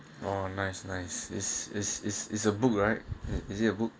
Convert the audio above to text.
oh nice nice is is is is a book right is it a book